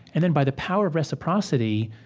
and then by the power of reciprocity,